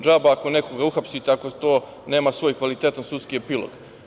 Džaba ako nekoga uhapsite, ako to nema svoj kvalitetan sudski epilog.